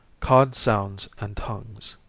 cod sounds and tongues.